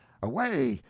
away,